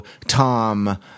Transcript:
Tom